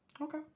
Okay